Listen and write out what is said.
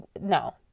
No